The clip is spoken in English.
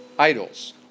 idols